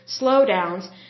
slowdowns